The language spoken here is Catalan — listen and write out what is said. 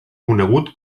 conegut